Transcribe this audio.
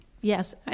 Yes